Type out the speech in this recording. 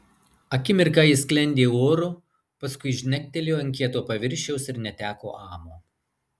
akimirką ji sklendė oru paskui žnektelėjo ant kieto paviršiaus ir neteko amo